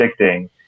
addicting